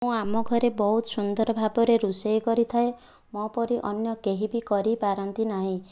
ମୁଁ ଆମ ଘରେ ବହୁତ ସୁନ୍ଦର ଭାବରେ ରୋଷେଇ କରିଥାଏ ମୋ ପରି ଅନ୍ୟ କେହି ବି କରି ପାରନ୍ତି ନାହିଁ